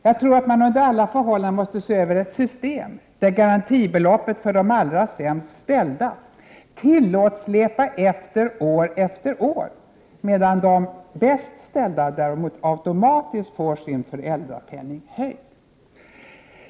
Jag tror att man under alla förhållanden måste se över ett system, där garantibeloppet för de allra sämst ställda tillåts släpa efter år efter år, medan de bäst ställda däremot automatiskt får sin föräldrapenning höjd.